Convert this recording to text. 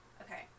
Okay